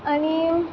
आनी